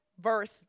verse